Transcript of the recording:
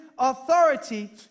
authority